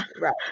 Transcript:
Right